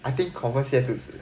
I think confirm 泻肚子